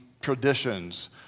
traditions